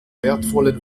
wertvollen